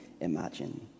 imagine